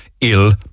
ill